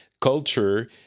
culture